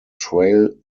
trail